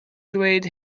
dweud